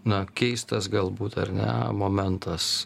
na keistas galbūt ar ne momentas